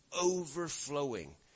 overflowing